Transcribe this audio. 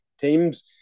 teams